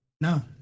no